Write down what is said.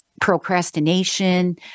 procrastination